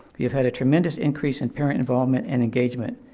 we've had a tremendous increase in parent involvement and engagement.